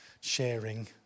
sharing